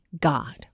God